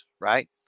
right